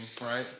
right